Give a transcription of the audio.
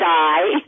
die